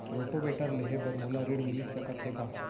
Rotavator लेहे बर मोला ऋण मिलिस सकत हे का?